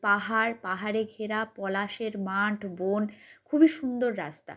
পাহাড় পাহাড়ে ঘেরা পলাশে মাঠ বন খুবই সুন্দর রাস্তা